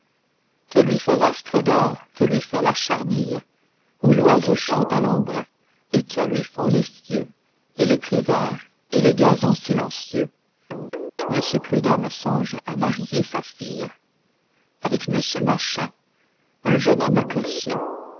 que lui fait l'astre d'or que lui fait la charmille où l'oiseau chante à l'ombre et que lui font les cieux et les prés verts et les gazons silencieux monsieur prudhomme songe à marier sa fille avec monsieur machin un jeune homme cossu